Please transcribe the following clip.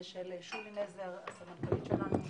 ושל שולי נזר, הסמנכ"לית שלנו.